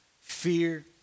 fear